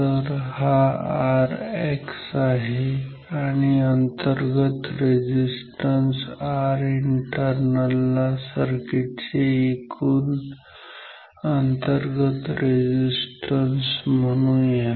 तर हा Rx आहे आणि अंतर्गत रेझिस्टन्स Rinternal ला सर्किट चे एकुण अंतर्गत रेझिस्टन्स म्हणूया ठीक आहे